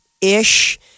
ish